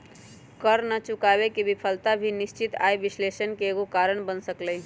कर न चुकावे के विफलता भी निश्चित आय विश्लेषण के एगो कारण बन सकलई ह